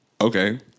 okay